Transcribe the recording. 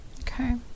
Okay